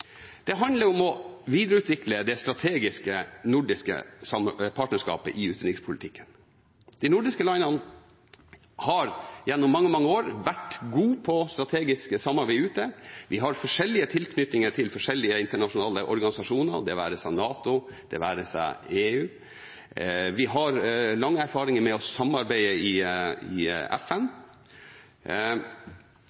Det handler om å videreutvikle det strategiske nordiske partnerskapet i utenrikspolitikken. De nordiske landene har gjennom mange, mange år vært gode på strategisk samarbeid ute. Vi har forskjellige tilknytninger til forskjellige internasjonale organisasjoner, det være seg NATO, det være seg EU, og vi har lang erfaring med å samarbeide i FN. Under pilaren «Norden i